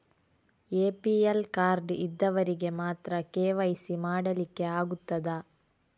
APL card ಇದ್ದವರಿಗೆ ಮಾತ್ರ KYC ಮಾಡಲಿಕ್ಕೆ ಆಗುತ್ತದಾ?